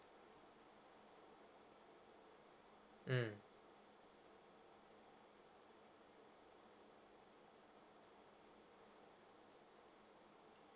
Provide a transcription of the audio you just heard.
mm